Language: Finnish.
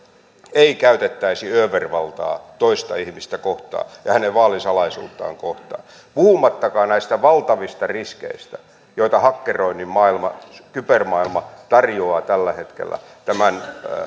ei käytettäisi övervaltaa toista ihmistä kohtaan ja hänen vaalisalaisuuttaan kohtaan puhumattakaan näistä valtavista riskeistä joita hakkeroinnin maailma kybermaailma tarjoaa tällä hetkellä tämän